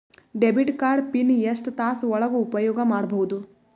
Debit card PIN ಎಷ್ಟ ತಾಸ ಒಳಗ ಉಪಯೋಗ ಮಾಡ್ಬಹುದು?